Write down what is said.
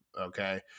okay